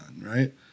right